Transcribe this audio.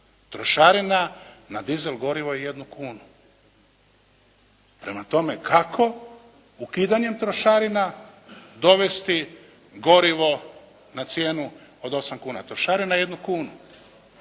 Trošarina na dizel gorivo je jednu kunu. Prema tome, kako ukidanjem trošarina dovesti gorivo na cijenu od 8 kuna. Trošarina je jednu kunu.